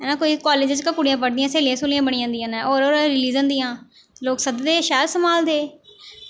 ऐं कोई कॉलेज़ च गै कोई कुड़ियां पढ़दियांं स्हेली स्हूलियां बनी जंदियां न होर होर रीलिज़न दियां लोग सद्ददे शैल सगुआं सभनें गी शैल सम्हालदे